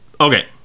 Okay